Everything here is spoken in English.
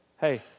Hey